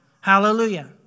Hallelujah